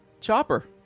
Chopper